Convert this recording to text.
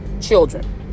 Children